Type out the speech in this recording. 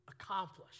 accomplished